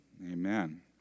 amen